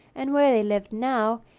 and where they lived now,